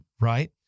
right